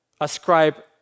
ascribe